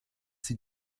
sie